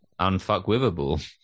Unfuckwivable